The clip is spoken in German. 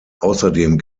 außerdem